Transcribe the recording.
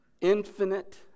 infinite